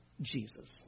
Jesus